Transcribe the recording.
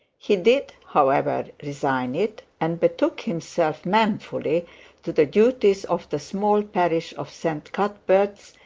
he did, however, resign it, and betook himself manfully to the duties of the small parish of st. cuthbert's,